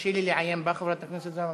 תרשי לעיין בה, חברת הכנסת זהבה.